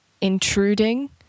intruding